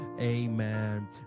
amen